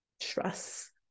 Trust